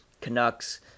Canucks